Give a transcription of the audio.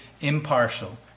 impartial